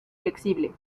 flexible